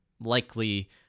likely